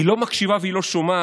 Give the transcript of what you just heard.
היא לא מקשיבה והיא לא שומעת